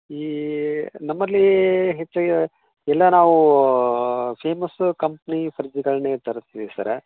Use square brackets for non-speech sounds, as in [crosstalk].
ಈ ನಮ್ಮಲ್ಲಿ ಹೆಚ್ಚಾಗ್ ಎಲ್ಲ ನಾವು ಫೇಮಸ್ ಕಂಪ್ನಿ [unintelligible] ತರ್ಸ್ತೀವಿ ಸರ